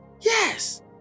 Yes